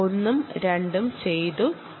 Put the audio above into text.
ഒന്നും രണ്ടും ചെയ്തു കഴിഞ്ഞു